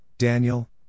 Daniel